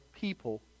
people